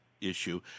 Issue